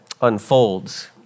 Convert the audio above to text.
unfolds